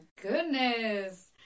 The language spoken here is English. goodness